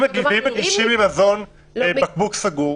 אם מגישים לי מזון בבקבוק סגור?